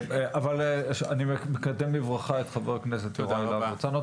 אני מקדם בברכה את חבר הכנסת יורם להב הרצנו,